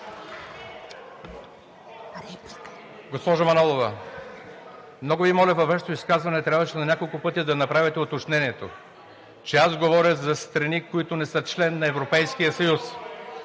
Госпожо Манолова, много Ви моля, във Вашето изказване трябваше на няколко пъти да направите уточнението, че аз говоря за страни, които не са член на Европейския съюз,